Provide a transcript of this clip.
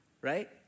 Right